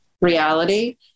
reality